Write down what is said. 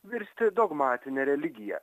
virsti dogmatine religija